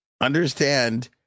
understand